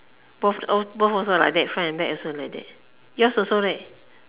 both both also like that front and back also like that yours also leh